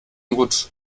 rutsch